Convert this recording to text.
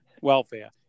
welfare